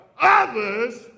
others